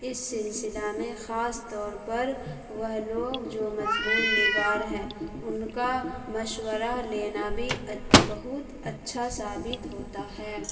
اس سلسلہ میں خاص طور پر وہ لوگ جو مضمون نگار ہیں ان کا مشورہ لینا بھی بہت اچھا ثابت ہوتا ہے